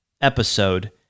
episode